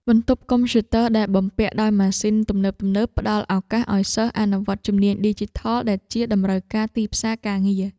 បន្ទប់កុំព្យូទ័រដែលបំពាក់ដោយម៉ាស៊ីនទំនើបៗផ្តល់ឱកាសឱ្យសិស្សអនុវត្តជំនាញឌីជីថលដែលជាតម្រូវការទីផ្សារការងារ។